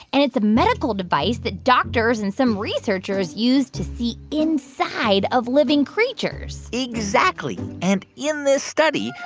and it's medical device that doctors and some researchers use to see inside of living creatures exactly. and in this study,